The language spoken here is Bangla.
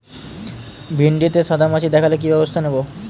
ভিন্ডিতে সাদা মাছি দেখালে কি ব্যবস্থা নেবো?